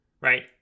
right